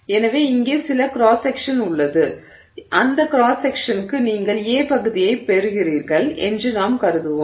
எனவே இங்கே சில கிராஸ் செக்க்ஷன் உள்ளது அந்த கிராஸ் செக்க்ஷன்க்கு நீங்கள் A பகுதியைப் பெறுகிறீர்கள் என்று நாம் கருதுவோம்